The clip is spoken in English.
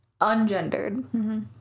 ungendered